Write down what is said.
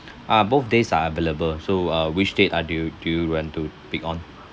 uh both days are available so uh which date are do you do you want to pick on